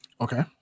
Okay